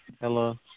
Hello